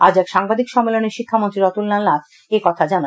আজ এক সাংবাদিক সম্মেলনে শিক্ষামন্ত্রী রতনলাল নাথ এই কথা জানান